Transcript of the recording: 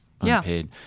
unpaid